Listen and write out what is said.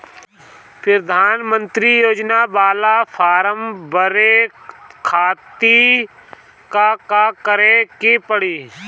प्रधानमंत्री योजना बाला फर्म बड़े खाति का का करे के पड़ी?